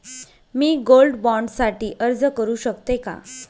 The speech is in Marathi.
मी गोल्ड बॉण्ड साठी अर्ज करु शकते का?